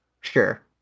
Sure